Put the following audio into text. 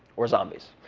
or zombies.